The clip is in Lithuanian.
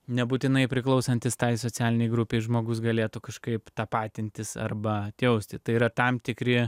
nebūtinai priklausantys tai socialinei grupei žmogus galėtų kažkaip tapatintis arba atjausti tai yra tam tikri